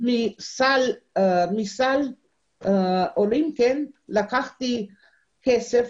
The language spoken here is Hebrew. מסל הקליטה לקחתי כסף,